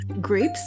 grapes